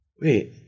Wait